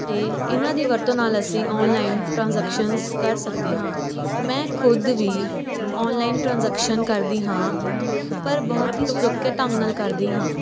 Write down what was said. ਅਤੇ ਇਹਨਾਂ ਦੀ ਵਰਤੋਂ ਨਾਲ਼ ਅਸੀਂ ਔਨਲਾਈਨ ਟ੍ਰਾਂਜੈਕਸ਼ਨਸ ਕਰ ਸਕਦੇ ਹਾਂ ਮੈਂ ਖੁਦ ਵੀ ਔਨਲਾਈਨ ਟ੍ਰਾਂਜੈਕਸ਼ਨ ਕਰਦੀ ਹਾਂ ਪਰ ਬਹੁਤ ਹੀ ਸੌਖੇ ਢੰਗ ਨਾਲ਼ ਕਰਦੀ ਹਾਂ